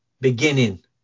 beginning